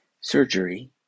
surgery